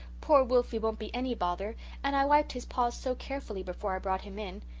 poor wilfy won't be any bother and i wiped his paws so carefully before i brought him in.